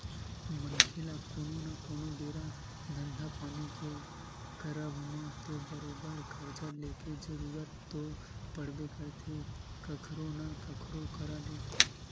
मनखे ल कोनो न कोनो बेरा धंधा पानी के करब म तो बरोबर करजा लेके जरुरत तो पड़बे करथे कखरो न कखरो करा ले